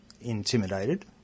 intimidated